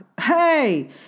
Hey